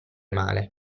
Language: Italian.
male